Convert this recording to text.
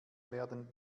werden